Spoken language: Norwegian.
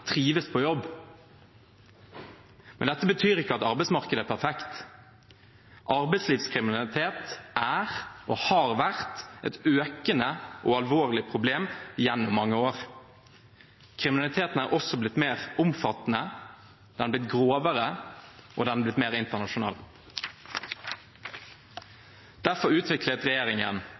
trives på jobb. Men dette betyr ikke at arbeidsmarkedet er perfekt. Arbeidslivskriminalitet er – og har vært – et økende og alvorlig problem gjennom mange år. Kriminaliteten er også blitt mer omfattende, grovere og mer internasjonal. Derfor utviklet regjeringen,